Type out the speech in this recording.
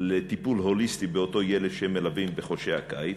לטיפול הוליסטי באותו ילד שהם מלווים בחודשי הקיץ.